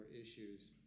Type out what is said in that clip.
issues